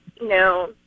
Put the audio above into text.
No